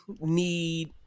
need